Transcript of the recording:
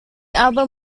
album